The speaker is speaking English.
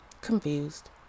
confused